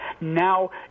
Now